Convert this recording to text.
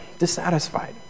dissatisfied